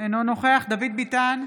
אינו נוכח דוד ביטן,